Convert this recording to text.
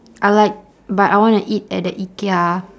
I like but I wanna eat at the ikea